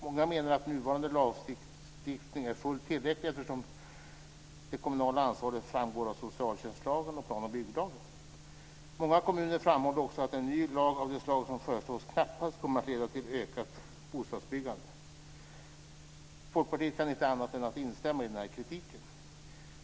Många menar att nuvarande lagstiftning är fullt tillräcklig eftersom det kommunala ansvaret framgår av socialtjänstlagen och plan och bygglagen. Många kommuner framhåller också att en ny lag av det slag som föreslås knappast kommer att leda till ökat bostadsbyggande. Folkpartiet kan inte annat än instämma i denna kritik.